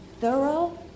thorough